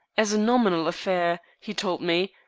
as a nominal affair, he told me,